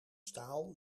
staal